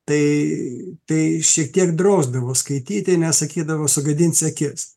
tai tai šiek tiek drausdavo skaityti nes sakydavo sugadinsi akis